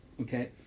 okay